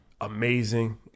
Amazing